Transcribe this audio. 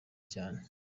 cyane